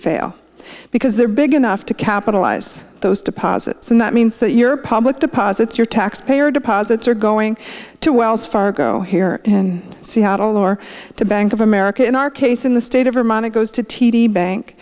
fail because they're big enough to capitalize those deposits and that means that your public deposits your taxpayer deposits are going to wells fargo here in seattle or to bank of america in our case in the state of vermont it goes to t d bank